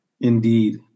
indeed